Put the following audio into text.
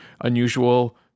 unusual